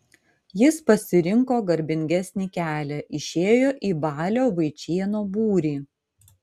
jis pasirinko garbingesnį kelią išėjo į balio vaičėno būrį